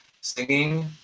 singing